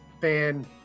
fan